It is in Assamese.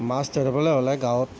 মাছ ধৰিবলে হ'লে গাঁৱত